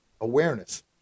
awareness